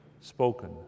spoken